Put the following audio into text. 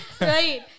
Right